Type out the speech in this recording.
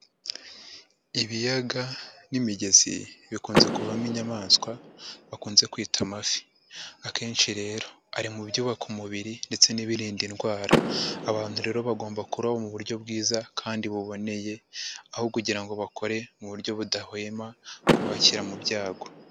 Ibiyaga n'imigezi bikunze kuvamo inyamaswa bakunze kwita amafi akenshi rero ari mu byubaka umubiri ndetse n'ibirinda indwara, abantu rero bagomba kuroba mu buryo bwiza kandi buboneye aho kugira ngo bakore mu buryo budahwema kubashyira mu byago.